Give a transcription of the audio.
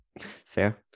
Fair